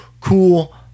cool